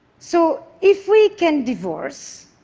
so if we can divorce,